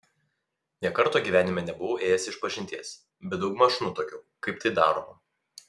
nė karto gyvenime nebuvau ėjęs išpažinties bet daugmaž nutuokiau kaip tai daroma